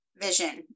vision